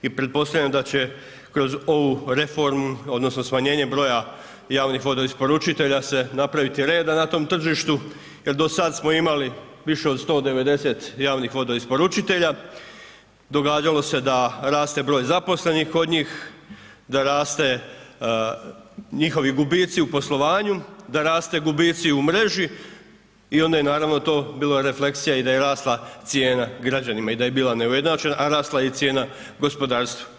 I pretpostavljam da će kroz ovu reformu odnosno smanjenje broja javnih vodoisporučitelja se napraviti reda na tom tržištu, jer do sada smo imali više od 190 javnih vodoisporučitelja, događalo se da raste broj zaposlenih kod njih, da raste njihovi gubici u poslovanju, da raste gubici u mreži i onda je naravno to bilo refleksija i da je rasla cijena građanima i da je bila neujednačena, a rasla je i cijena gospodarstvu.